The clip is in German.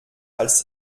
als